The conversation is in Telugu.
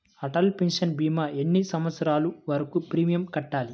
అటల్ పెన్షన్ భీమా ఎన్ని సంవత్సరాలు వరకు ప్రీమియం కట్టాలి?